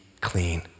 clean